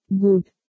Good